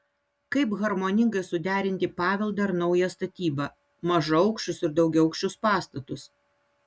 kaip harmoningai suderinti paveldą ir naują statybą mažaaukščius ir daugiaaukščius pastatus